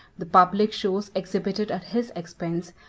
the public shows exhibited at his expense,